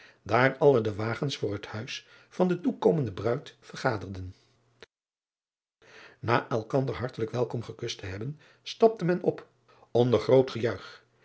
daar alle de wagens voor het huis van de toekomende bruid vergaderden a elkander hartelijk welkom gekust te hebben stapte men op nder groot gejuich